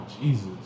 Jesus